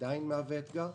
ועדיין מהווה אתגר,